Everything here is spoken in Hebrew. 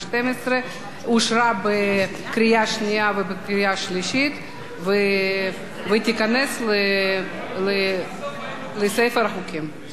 אושר בקריאה שנייה ובקריאה שלישית וייכנס לספר החוקים של מדינת ישראל.